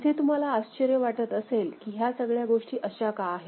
इथे तुम्हाला आश्चर्य वाटत असेल की ह्या सगळ्या गोष्टी अशा का आहेत